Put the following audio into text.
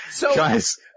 Guys